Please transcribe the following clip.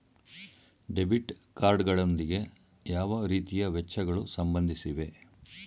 Debit card ಗಳೊಂದಿಗೆ ಯಾವ ರೀತಿಯ ವೆಚ್ಚಗಳು ಸಂಬಂಧಿಸಿವೆ?